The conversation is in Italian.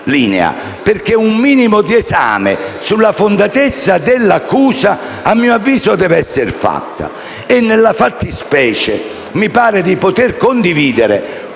perché un minimo di esame sulla fondatezza dell'accusa, a mio avviso, deve essere fatto, e nella fattispecie mi pare di potere condividere